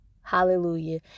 hallelujah